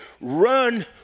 run